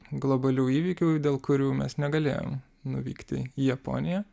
globalių įvykių dėl kurių mes negalėjom nuvykti į japoniją